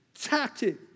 tactic